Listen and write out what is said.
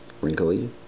wrinkly